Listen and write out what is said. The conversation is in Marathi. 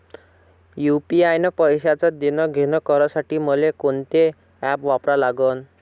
यू.पी.आय न पैशाचं देणंघेणं करासाठी मले कोनते ॲप वापरा लागन?